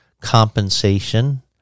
compensation